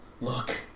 Look